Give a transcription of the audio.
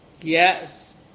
Yes